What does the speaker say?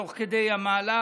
תוך כדי המהלך,